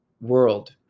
world